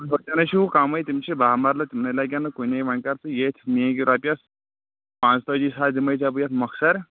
دکتر ٲسو کمٕے تِم چھِ بہہ مرلہٕ تِم نے لگن نہٕ کُنے وۄنۍ کر تہٕ ییٚتھۍ کینٛہہ میٲنۍ کِنہٕ رۄپیس ارتٲجی ساس دِمٕے ژےٚ بہٕ یتھ مۄخصر